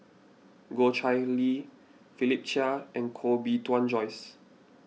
Goh Chiew Lye Philip Chia and Koh Bee Tuan Joyce